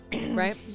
Right